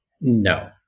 No